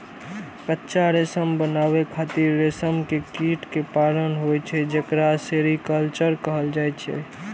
कच्चा रेशम बनाबै खातिर रेशम के कीट कें पालन होइ छै, जेकरा सेरीकल्चर कहल जाइ छै